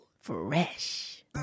fresh